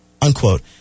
Unquote